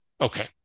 Okay